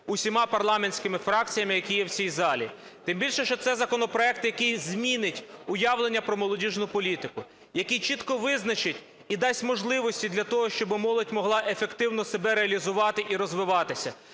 усіма парламентськими фракціями, які є в цій залі. Тим більше, що це законопроект, який змінить уявлення про молодіжну політику, який чітко визначить і дасть можливості для того, щоби молодь могла ефективно себе реалізувати і розвиватися,